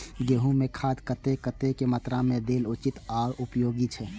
गेंहू में खाद कतेक कतेक मात्रा में देल उचित आर उपयोगी छै?